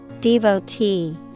Devotee